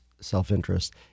self-interest